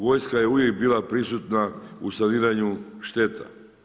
Vojska je uvijek bila prisutna u saniranju šteta.